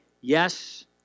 yes